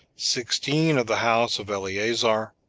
sixteen of the house of eleazar,